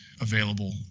Available